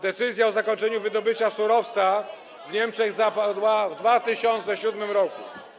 Decyzja o zakończeniu wydobycia surowca w Niemczech zapadła w 2007 r.